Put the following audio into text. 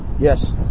Yes